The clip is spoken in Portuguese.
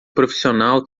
profissional